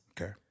Okay